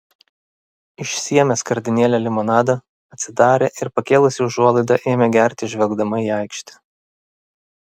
išsiėmė skardinėlę limonado atsidarė ir pakėlusi užuolaidą ėmė gerti žvelgdama į aikštę